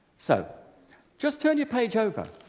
so just turn your page over